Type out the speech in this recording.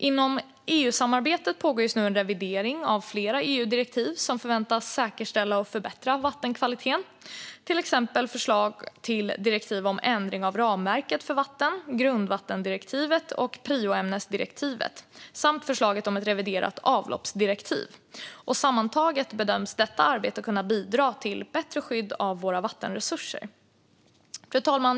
Inom EU-samarbetet pågår just nu en revidering av flera EU-direktiv som förväntas säkerställa och förbättra vattenkvaliteten, till exempel förslag till direktiv om ändring av ramdirektivet för vatten, grundvattendirektivet och prioämnesdirektivet samt förslaget om ett reviderat avloppsdirektiv. Sammantaget bedöms detta arbete kunna bidra till ett bättre skydd av våra vattenresurser. Fru talman!